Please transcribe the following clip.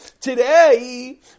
today